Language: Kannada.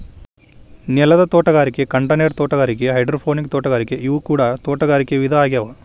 ನೆಲದ ತೋಟಗಾರಿಕೆ ಕಂಟೈನರ್ ತೋಟಗಾರಿಕೆ ಹೈಡ್ರೋಪೋನಿಕ್ ತೋಟಗಾರಿಕೆ ಇವು ಕೂಡ ತೋಟಗಾರಿಕೆ ವಿಧ ಆಗ್ಯಾವ